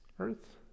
earth